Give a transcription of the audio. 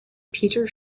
peter